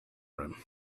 room